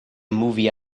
movie